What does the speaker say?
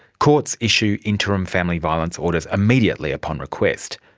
courts issue interim family violence orders immediately upon request.